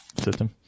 system